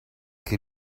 che